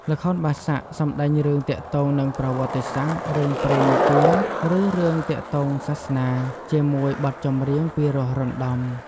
ល្ខោនបាសាក់ សម្ដែងរឿងទាក់ទងនឹងប្រវត្តិសាស្ត្រ រឿងព្រេងនិទាន ឬរឿងទាក់ទង់សាសនា ជាមួយបទចម្រៀងពីរោះរណ្ដំ។